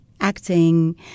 acting